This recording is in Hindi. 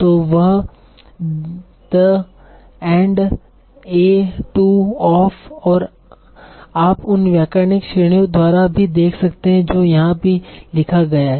तो वह the end a to of और आप उन व्याकरणिक श्रेणियों द्वारा भी देख सकते हैं जो यहां भी लिखा गया हैं